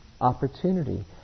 opportunity